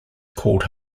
called